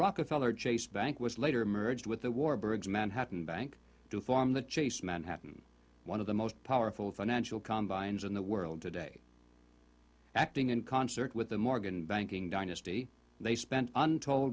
rockefeller chase bank was later merged with the warbirds manhattan bank to form the chase manhattan one of the most powerful financial combine in the world today acting in concert with the morgan banking dynasty they spent untold